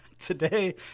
today